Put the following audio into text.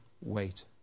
wait